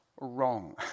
wrong